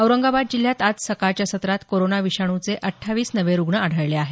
औरंगाबाद जिल्ह्यात आज सकाळच्या सत्रात कोरोना विषाणूचे अठ्ठावीस नवे रुग्ण आढळले आहेत